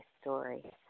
story